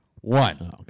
One